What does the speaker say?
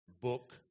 book